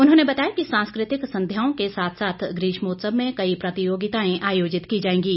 उन्होंने बताया कि सांस्कृतिक संध्याओं के साथ साथ ग्रीष्मोत्सव में कई प्रतियोगिताएं आयोजित की जाएंगी